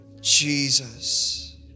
Jesus